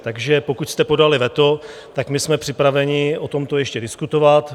Takže pokud jste podali veto, tak my jsme připraveni o tomto ještě diskutovat.